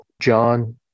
John